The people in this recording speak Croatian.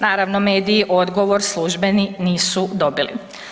Naravno, mediji odgovor službeni nisu dobili.